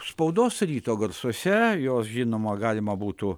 spaudos ryto garsuose jos žinoma galima būtų